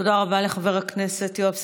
תודה רבה לחבר הכנסת יואב סגלוביץ'.